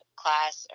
class